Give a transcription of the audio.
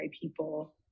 people